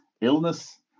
illness